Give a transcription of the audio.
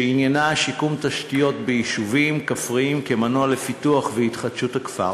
שעניינה שיקום תשתיות ביישובים כפריים כמנוע לפיתוח והתחדשות הכפר,